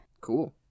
Cool